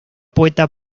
poeta